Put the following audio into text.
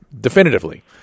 definitively